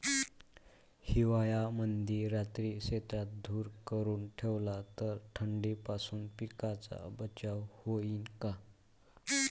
हिवाळ्यामंदी रात्री शेतात धुर करून ठेवला तर थंडीपासून पिकाचा बचाव होईन का?